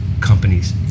companies